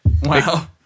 Wow